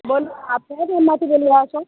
બોલો આપ કયા ગામમાંથી બોલી રહ્યા છો